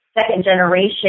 second-generation